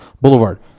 Boulevard